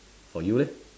for you eh